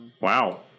Wow